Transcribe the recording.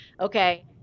Okay